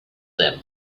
them